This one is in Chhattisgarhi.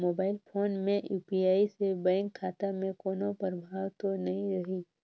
मोबाइल फोन मे यू.पी.आई से बैंक खाता मे कोनो प्रभाव तो नइ रही?